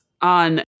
on